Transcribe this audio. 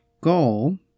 goal